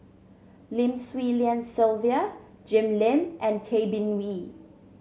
Lim Swee Lian Sylvia Jim Lim and Tay Bin Wee